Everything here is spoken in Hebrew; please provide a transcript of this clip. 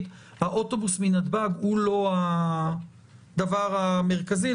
האוטובוס מנתב"ג הוא לא הדבר המרכזי,